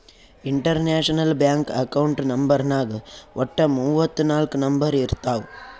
international bank account ನಂಬರ್ನಾಗ್ ವಟ್ಟ ಮೂವತ್ ನಾಕ್ ನಂಬರ್ ಇರ್ತಾವ್